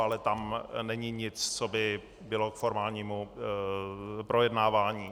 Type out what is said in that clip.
Ale tam není nic, co by bylo k formálnímu projednávání.